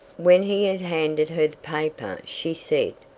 when he had handed her the paper she said,